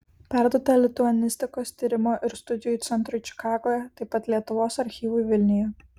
perduota lituanistikos tyrimo ir studijų centrui čikagoje taip pat lietuvos archyvui vilniuje